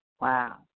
Wow